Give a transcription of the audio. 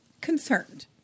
concerned